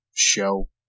show